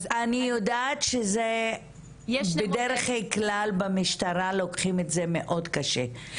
אני יודעת שבדרך כלל במשטרה לוקחים את זה מאוד קשה,